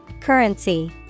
currency